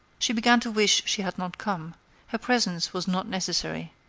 she began to wish she had not come her presence was not necessary.